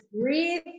breathe